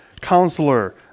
Counselor